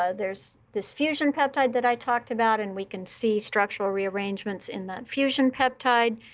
ah there's this fusion peptide that i talked about. and we can see structural rearrangements in that fusion peptide,